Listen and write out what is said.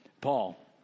Paul